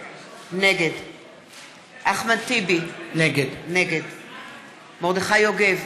נגד אחמד טיבי, נגד מרדכי יוגב,